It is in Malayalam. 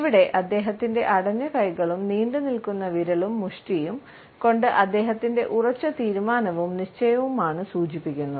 ഇവിടെ അദ്ദേഹത്തിൻറെ അടഞ്ഞ കൈകളും നീണ്ടുനിൽക്കുന്ന വിരലും മുഷ്ടിയും കൊണ്ട് അദ്ദേഹത്തിന്റെ ഉറച്ച തീരുമാനമാനവും നിശ്ചയവും ആണ് സൂചിപ്പിക്കുന്നത്